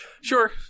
Sure